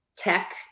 tech